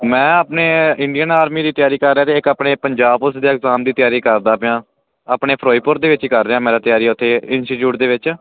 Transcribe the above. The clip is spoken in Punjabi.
ਮੈਂ ਆਪਣੇ ਇੰਡੀਅਨ ਆਰਮੀ ਦੀ ਤਿਆਰੀ ਕਰ ਰਿਹਾ ਤੇ ਇੱਕ ਆਪਣੇ ਪੰਜਾਬ ਪੁਲਿਸ ਉਸ ਦੇ ਇਗਜ਼ਾਮ ਦੀ ਤਿਆਰੀ ਕਰਦਾ ਪਿਆ ਆਪਣੇ ਫਿਰੋਜਪੁਰ ਦੇ ਵਿੱਚ ਕਰ ਰਿਹਾ ਮੈਂ ਤਾਂ ਤਿਆਰੀ ਉੱਥੇ ਇੰਸਟੀਚਿਊਟ ਦੇ ਵਿੱਚ